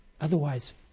Otherwise